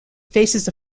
faces